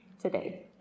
today